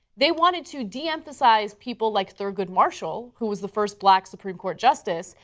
they wanted to deemphasize people like thurgood marshall, who was the first black supreme court justice,